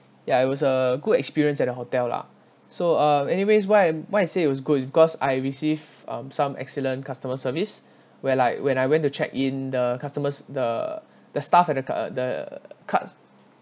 ya it was a good experience at a hotel lah so uh anyways why I'm why I say it was good because I receive um some excellent customer service where like when I went to check in the customers the the staff at the uh the uh cus~